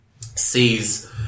sees